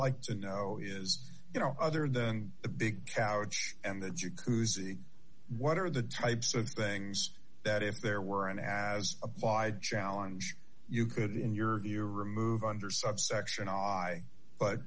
like to know is you know other than the big couch and that you cousy what are the types of things that if there were an as applied challenge you could in your year remove under subsection i but